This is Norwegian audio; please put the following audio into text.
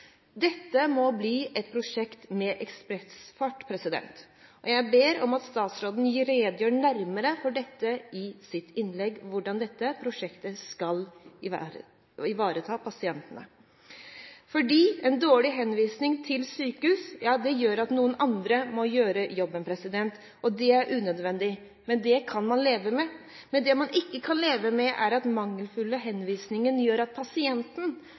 Dette må bli et prosjekt med ekspressfart. Jeg ber om at statsråden redegjør nærmere for dette i sitt innlegg, hvordan dette prosjektet skal ivareta pasientene, for en dårlig henvisning til sykehus gjør at noen andre må gjøre jobben. Det er unødvendig, men det kan man leve med. Det man ikke kan leve med, er at mangelfulle henvisninger gjør at pasienten